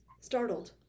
startled